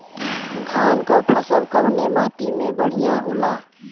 धान क फसल कवने माटी में बढ़ियां होला?